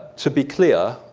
to be clear,